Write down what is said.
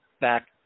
Back